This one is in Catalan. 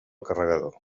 carregador